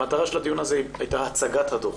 המטרה של הדיון הזה היא הצגת הדוח.